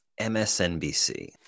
MSNBC